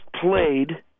played